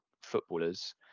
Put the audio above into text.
footballers